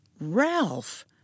Ralph